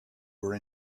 were